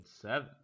seven